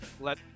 let